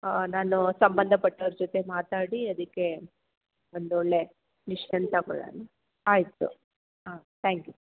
ಹಾಂ ನಾನು ಸಂಬಂಧ ಪಟ್ಟವರ ಜೊತೆ ಮಾತಾಡಿ ಅದಕ್ಕೆ ಒಂದು ಒಳ್ಳೇ ಡಿಸಿಷನ್ ತೊಗೊಳ್ಳೋಣ ಆಯ್ತು ಹಾಂ ತ್ಯಾಂಕ್ ಯು